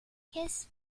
his